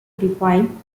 define